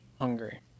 hungry